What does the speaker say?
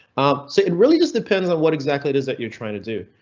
ah so it really just depends on what exactly it is that you're trying to do.